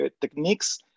techniques